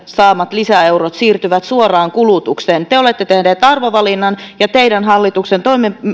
saamat lisäeurot siirtyvät suoraan kulutukseen te te olette tehneet arvovalinnan ja teidän hallituksen